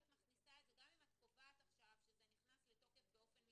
גם אם את קובעת עכשיו שזה נכנס לתוקף באופן מידי,